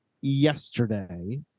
yesterday